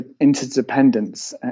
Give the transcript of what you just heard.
interdependence